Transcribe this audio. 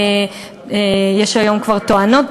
יש היום כבר טוענות,